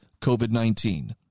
COVID-19